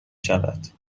شود